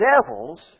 devils